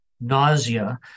nausea